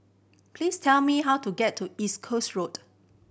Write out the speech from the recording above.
please tell me how to get to East Coast Road